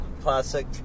classic